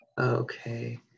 Okay